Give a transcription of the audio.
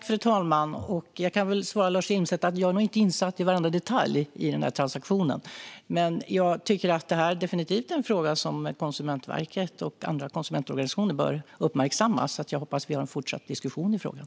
Fru talman! Jag kan svara Lars Jilmstad att jag nog inte är insatt i varenda detalj i den här transaktionen. Men jag tycker definitivt att detta är en fråga som Konsumentverket och andra konsumentorganisationer bör uppmärksamma. Jag hoppas vi kommer att ha en fortsatt diskussion i frågan.